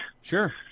Sure